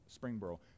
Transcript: Springboro